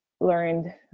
learned